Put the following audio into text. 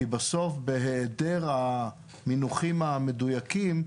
כי בסוף בהיעדר המינוחים המדויקים,